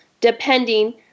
depending